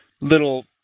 little